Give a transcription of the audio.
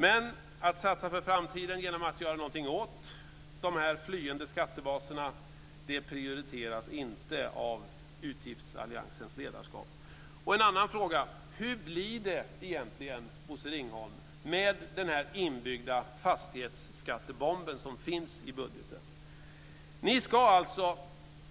Men att satsa för framtiden genom att göra någonting åt de flyende skattebaserna prioriteras inte av utgiftsalliansens ledarskap. En annan fråga är: Hur blir det, Bosse Ringholm, med den inbyggda fastighetsskattebomb som finns i budgeten? Ni ska alltså